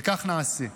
וכך נעשה.